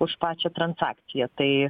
už pačią transakciją tai